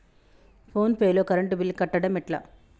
Phone pay లో current bill కట్టడం ఎట్లా?